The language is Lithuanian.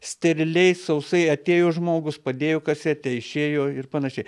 steriliai sausai atėjo žmogus padėjo kasetę išėjo ir panašiai